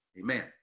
amen